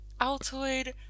Altoid